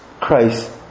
Christ